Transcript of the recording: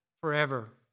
forever